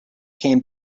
came